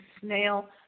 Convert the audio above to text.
snail